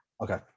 okay